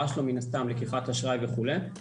שלו מן הסתם היא לקיחת אשראי וכולי,